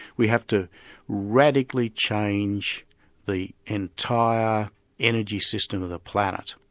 we have to radically change the entire energy system of the planet.